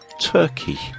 Turkey